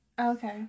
Okay